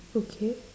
okay